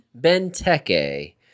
Benteke